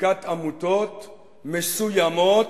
לבדיקת עמותות מסוימות,